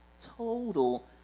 total